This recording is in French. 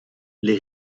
les